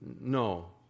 No